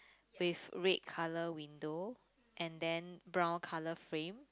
with red color window and then brown color frame